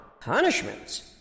punishments